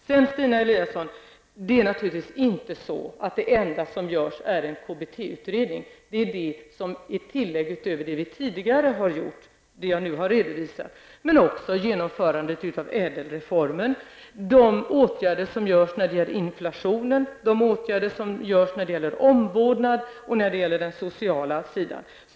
Det är, Stina Eliasson, naturligtvis inte så att det enda som görs är en KBT-utredning. Det jag nu har redovisat är tillägget till det vi tidigare har gjort, nämligen genomförande av ÄDEL-reformen, de åtgärder som vidtas när det gäller inflationen och de åtgärder som vidtas när det gäller omvårdnaden och på den sociala sidan.